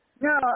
No